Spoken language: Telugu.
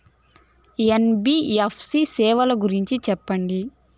ఎన్.బి.ఎఫ్.సి సేవల గురించి సెప్పండి?